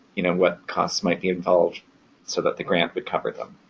you know, what costs might be involved so that the grant would cover them.